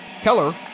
Keller